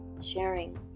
sharing